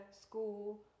school